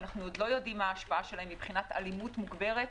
ואנחנו עוד לא יודעים מה ההשפעה שלהם מבחינת אלימות מוגברת,